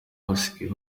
basigaye